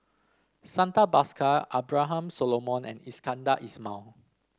Santha Bhaskar Abraham Solomon and Iskandar Ismail